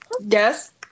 Yes